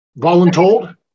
Voluntold